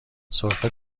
سرفه